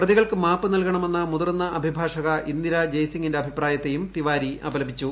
പ്രതികൾക്ക് മാപ്പ് നൽകണമെന്ന മുതിർന്ന അഭിഭാഷക ഇന്ദിരാ ജയ്സിംഗിന്റെ അഭിപ്രായത്തെയും തിവാരി അപലപിച്ചു